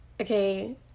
okay